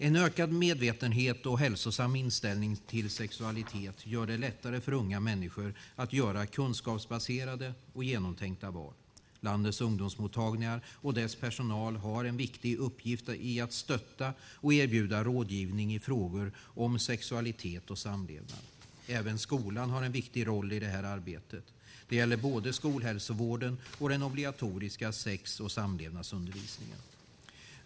En ökad medvetenhet och en hälsosam inställning till sexualitet gör det lättare för unga människor att göra kunskapsbaserade och genomtänkta val. Landets ungdomsmottagningar och dess personal har en viktig uppgift i att stötta och erbjuda rådgivning i frågor om sexualitet och samlevnad. Även skolan har en viktig roll i det här arbetet. Det gäller både skolhälsovården och den obligatoriska sex och samlevnadsundervisningen.